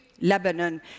Lebanon